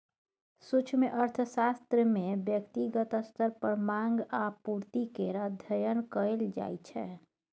सूक्ष्म अर्थशास्त्र मे ब्यक्तिगत स्तर पर माँग आ पुर्ति केर अध्ययन कएल जाइ छै